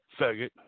faggot